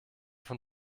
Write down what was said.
von